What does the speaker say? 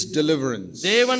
deliverance